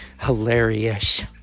Hilarious